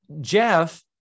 Jeff